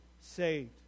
saved